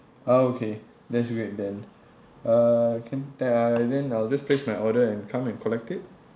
ah okay that's great then uh can then I then I'll just place my order and come and collect it